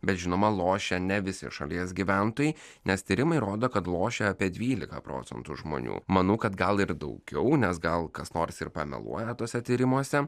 bet žinoma lošia ne visi šalies gyventojai nes tyrimai rodo kad lošia apie dvylika procentų žmonių manau kad gal ir daugiau nes gal kas nors ir pameluoja tuose tyrimuose